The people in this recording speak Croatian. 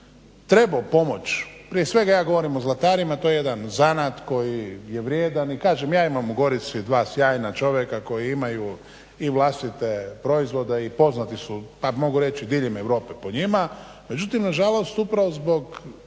trebao pomoći, prije svega ja govorim o zlatarima, to je jedan zanat koji je vrijedan, i kažem ja imam u Gorici dva sjajna čovjeka koji imaju i vlastite proizvode i poznati su, a mogu reći i diljem Europe po njima, međutim na žalost upravo zbog